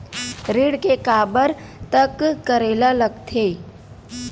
ऋण के काबर तक करेला लगथे?